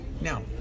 Now